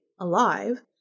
alive